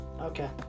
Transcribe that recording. okay